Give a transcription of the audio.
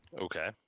Okay